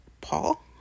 Paul